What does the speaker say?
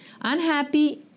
Unhappy